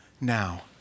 now